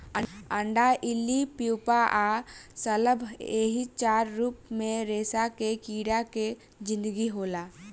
अंडा इल्ली प्यूपा आ शलभ एही चार रूप में रेशम के कीड़ा के जिनगी होला